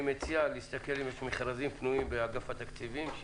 אני מציע להסתכל אם יש מכרזים פנויים באגף התקציבים,